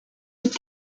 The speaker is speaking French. les